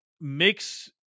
makes